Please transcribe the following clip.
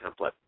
template